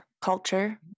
culture